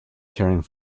caring